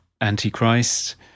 Antichrist